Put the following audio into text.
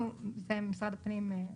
אנחנו במשרד הפנים,